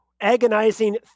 agonizing